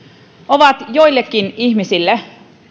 ovat joillekin ihmisille